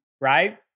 right